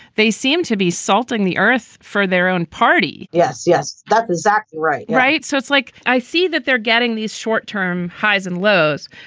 they seem to be salting the earth for their own party yes. yes, that's exactly right right. so it's like i see that they're getting these short term highs and lows.